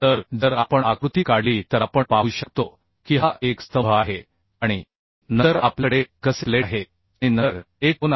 तर जर आपण आकृती काढली तर आपण पाहू शकतो की हा एक स्तंभ आहे आणि नंतर आपल्याकडे एक गसेट प्लेट आहे आणि नंतर एक कोन आहे